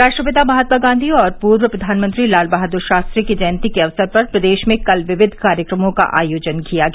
राष्ट्रपिता महात्मा गांधी और पूर्व प्रधानमंत्री लालबहादुर शास्त्री की जयन्ती के अवसर पर प्रदेश में कल विविध कार्यक्रमों का आयोजन किया गया